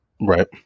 Right